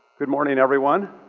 good morning everyone.